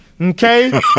Okay